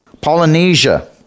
Polynesia